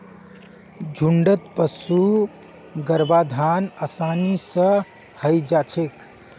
झुण्डत पशुर गर्भाधान आसानी स हई जा छेक